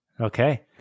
Okay